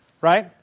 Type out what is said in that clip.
right